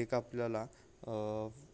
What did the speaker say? एक आपल्याला